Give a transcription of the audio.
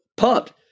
Pumped